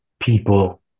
people